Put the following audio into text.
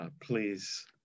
Please